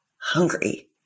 hungry